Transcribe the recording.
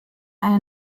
eine